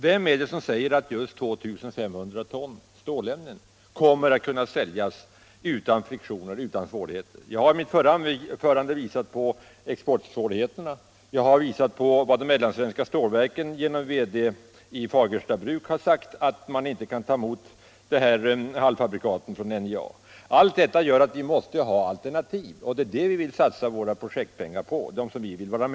Vad är det som säger att just 2 500 ion stålämnen kommer att kunna säljas utan friktioner, utan svårigheter? Jag har i mitt förra anförande visat på exportsvårigheterna. Jag har också pekat på vad de mellansvenska stålverken genom verkställande direktören i Fagersta bruk har sagt, nämligen att man inte kan ta emot dessa halvfabrikat från NJA. Allt detta gör att vi måste ha alternativ — det är det vi vill satsa våra projektpengar på.